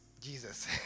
Jesus